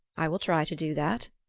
i will try to do that,